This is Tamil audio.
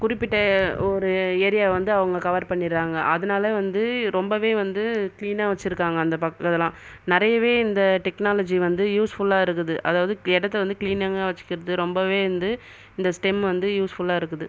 குறிப்பிட்ட ஒரு ஏரியா வந்து அவங்க கவர் பண்ணிடுறாங்க அதனால் வந்து ரொம்பவே வந்து கீளினாக வச்சு இருக்கங்கா அந்த பக்கயெல்லாம் நிறையவே இந்த டெக்னாலஜி வந்து யூஸ்ஃபுல்லாக இருக்குது அதாவது இடத்தை வந்து கிளீனிங்க வச்சுக்கிறது ரொம்பவே வந்து இந்த ஸ்டெம் வந்து யூஸ்ஃபுல்லா இருக்குது